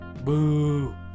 Boo